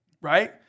right